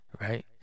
Right